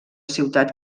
ciutat